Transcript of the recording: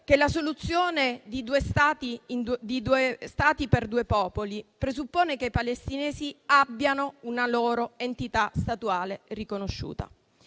che la soluzione di due Stati per due popoli presuppone che i palestinesi abbiano una loro entità statuale riconosciuta.